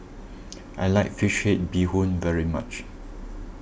I like Fish Head Bee Hoon very much